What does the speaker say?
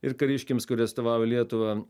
ir kariškiams kurie atstovauja lietuvą